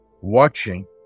watching